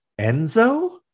Enzo